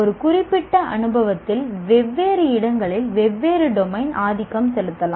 ஒரு குறிப்பிட்ட அனுபவத்தில் வெவ்வேறு இடங்களில் வெவ்வேறு டொமைன் ஆதிக்கம் செலுத்தலாம்